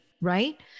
right